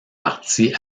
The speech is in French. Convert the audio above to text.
partie